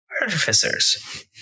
artificers